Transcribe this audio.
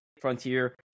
Frontier